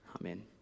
Amen